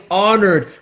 honored